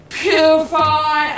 purify